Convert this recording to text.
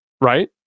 right